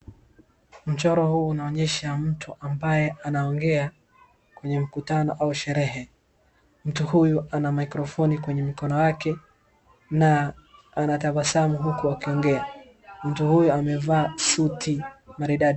Mchoro huu unaonyesha mtu ambaye anaongea, kwenye mkutano au sherehe. Mtu huyu ana maikrofoni kwenye mikono yake na anatabasamu huku akiongea. Mtu huyu amevaa amevaa suti maridadi.